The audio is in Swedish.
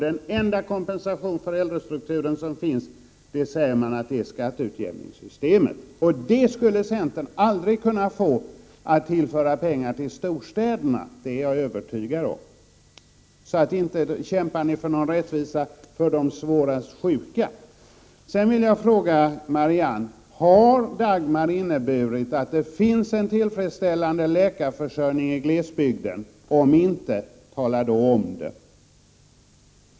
Den enda kompensationen som finns för äldrestrukturen säger man är skatteutjämningssystemet. Med det systemet skulle centern aldrig kunna tillföra storstäderna pengar. Det är jag övertygad om. Inte kämpar ni för någon rättvisa för de svårast sjuka. Jag vill fråga Marianne Jönsson: Har Dagmar inneburit att det finns en tillfredsställande läkarförsörjning i glesbygden? Om inte, tala om det!